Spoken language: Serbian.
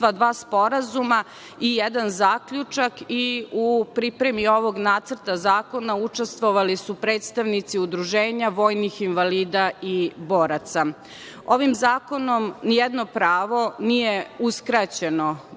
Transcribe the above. dva sporazuma i jedan zaključak i u pripremi ovog nacrta zakona učestvovali su predstavnici udruženja vojnih invalida i boraca. Ovim zakonom nijedno pravo nije uskraćeno